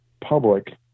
public